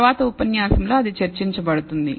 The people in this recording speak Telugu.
తరువాత ఉపన్యాసంలో అది చర్చించబడుతుంది